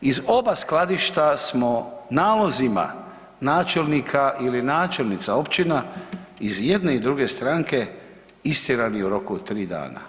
Iz oba skladišta smo nalozima načelnika ili načelnica općina iz jedne i druge stranke istjerani u roku od tri dana.